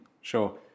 Sure